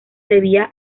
debía